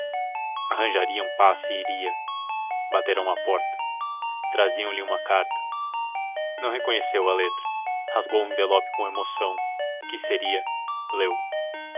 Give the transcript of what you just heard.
arranjaria um passe e iria bateram à porta traziam lhe uma carta não reconheceu a letra rasgou o envelope com emoção que seria leu